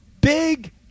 big